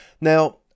Now